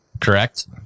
Correct